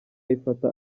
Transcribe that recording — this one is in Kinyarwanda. ayifata